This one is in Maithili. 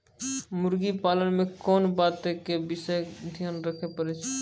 मुर्गी पालन मे कोंन बातो के विशेष ध्यान रखे पड़ै छै?